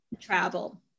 travel